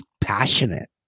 passionate